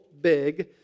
big